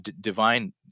divine